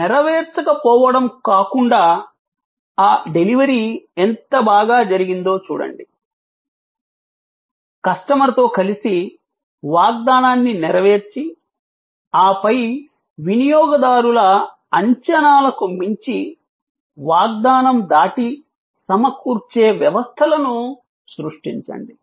నెరవేర్చక పోవడం కాకుండా ఆ డెలివరీ ఎంత బాగా జరిగిందో చూడండి కస్టమర్తో కలిసి వాగ్దానాన్ని నెరవేర్చి ఆపై వినియోగదారుల అంచనాలకు మించి వాగ్దానం దాటి సమకూర్చే వ్యవస్థలను సృష్టించండి